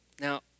Now